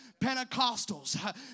Pentecostals